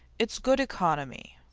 it's good economy.